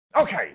Okay